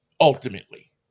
ultimately